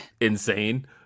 insane